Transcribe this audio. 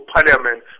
Parliament